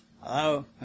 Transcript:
Hello